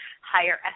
higher